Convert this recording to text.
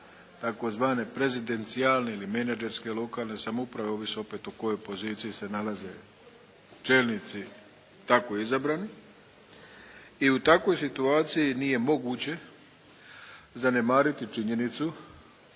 tzv. prezidencijalne ili menagerske lokalne samouprave ovisno opet u kojoj poziciji se nalaze čelnici tako izabrani i u takvoj situaciji nije moguće zanemariti činjenicu